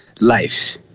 life